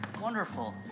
wonderful